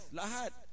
lahat